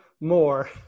more